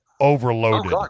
overloaded